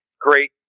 Great